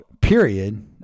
period